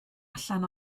allan